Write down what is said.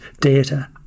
data